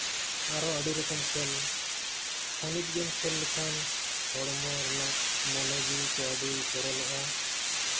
ᱟᱨᱦᱚᱸ ᱟᱹᱰᱤ ᱞᱮᱠᱟᱱ ᱜᱮᱢ ᱛᱷᱟᱹᱱᱤᱛ ᱜᱮᱢ ᱠᱷᱮᱞ ᱞᱮᱠᱷᱟᱱ ᱦᱚᱲᱢᱚ ᱨᱮᱱᱟᱜ ᱢᱚᱱᱮ ᱡᱤᱣᱤ ᱠᱚ ᱟᱹᱰᱤ ᱥᱚᱨᱚᱞᱚᱜᱼᱟ